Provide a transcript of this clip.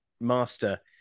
master